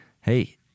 hey